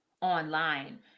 online